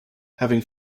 having